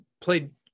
played